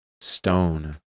stone